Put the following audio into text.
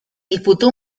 disputó